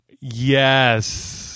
Yes